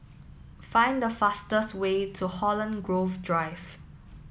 find the fastest way to Holland Grove Drive